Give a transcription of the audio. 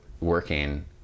working